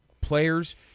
players